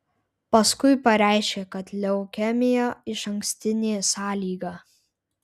paskui pareiškė kad leukemija išankstinė sąlyga